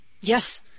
Yes